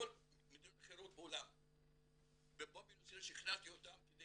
שכנעתי אותם כדי